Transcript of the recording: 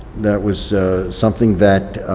that was something that